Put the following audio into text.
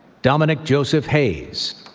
dominic joseph hayes,